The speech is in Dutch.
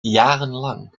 jarenlang